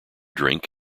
drink